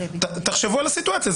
תחשבו על הסיטואציה.